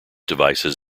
devices